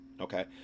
okay